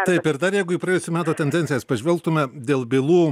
taip ir dar jeigu į praėjusių metų tendencijas pažvelgtume dėl bylų